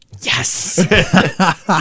Yes